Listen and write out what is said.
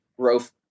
growth